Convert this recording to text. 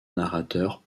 narrateur